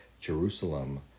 Jerusalem